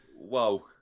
whoa